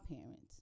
parents